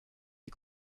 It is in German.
die